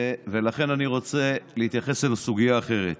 ולכן אני רוצה להתייחס לסוגיה אחרת.